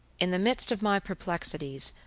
in the midst of my perplexities,